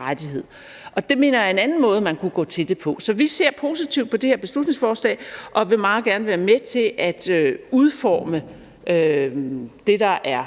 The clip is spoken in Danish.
rettighed, og det mener jeg er en anden måde man kunne gå til det på. Så vi ser positivt på det her beslutningsforslag og vil meget gerne være med til at udforme det, der er